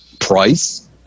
price